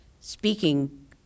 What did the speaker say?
speaking